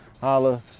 holla